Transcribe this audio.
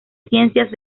ciencias